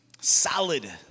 solid